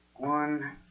One